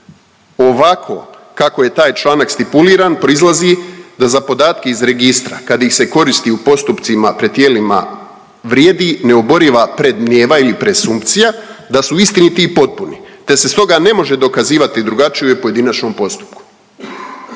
Ovako kako je taj članak stipuliran proizlazi da za podatke iz registra kada ih se koristi u postupcima pred tijelima vrijedi neoboriva predmnijeva ili presumpcija da su istiniti i potpuni, te se stoga ne može dokazivati drugačije u pojedinačnom postupku.